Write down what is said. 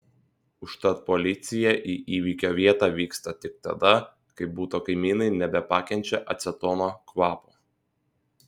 užtat policija į įvykio vietą vyksta tik tada kai buto kaimynai nebepakenčia acetono kvapo